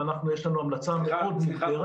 ויש לנו המלצה מאוד --- סליחה,